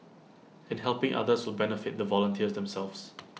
and helping others will benefit the volunteers themselves